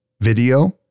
video